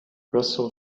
russell